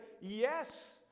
yes